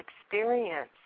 experience